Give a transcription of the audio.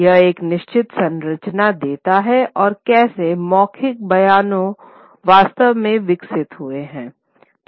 यह एक निश्चित संरचना देता है और कैसे मौखिक बयानों वास्तव में विकसित हुए है